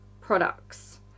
products